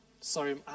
Sorry